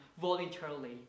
voluntarily